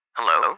Hello